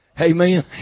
Amen